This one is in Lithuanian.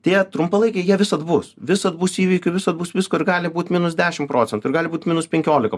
tie trumpalaikiai jie visad bus visad bus įvykių visad bus visko ir gali būt minus dešimt procentų ir gali būt minus penkiolika